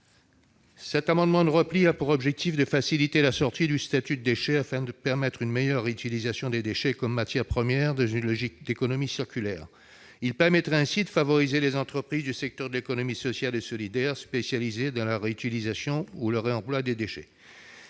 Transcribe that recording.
Cet amendement de repli a pour objet de faciliter la sortie du statut de déchet afin de permettre une meilleure réutilisation des déchets comme matières premières, dans une logique d'économie circulaire. Son adoption permettrait de favoriser les entreprises du secteur de l'économie sociale et solidaire spécialisées dans la réutilisation ou le réemploi des déchets.